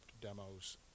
demos